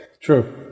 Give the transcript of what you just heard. True